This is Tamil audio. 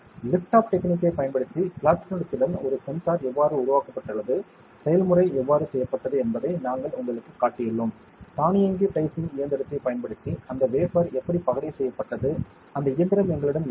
லிஃப்ட் ஆஃப் டெக்னிக்கைப் பயன்படுத்தி பிளாட்டினத்துடன் ஒரு சென்சார் எவ்வாறு உருவாக்கப்பட்டுள்ளது செயல்முறை எவ்வாறு செய்யப்பட்டது என்பதை நாங்கள் உங்களுக்குக் காட்டியுள்ளோம் தானியங்கி டைசிங் இயந்திரத்தைப் பயன்படுத்தி அந்த வேஃபர் எப்படி பகடை செய்யப்பட்டது அந்த இயந்திரம் எங்களிடம் இல்லை